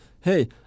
hey